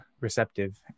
receptive